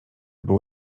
był